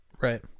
Right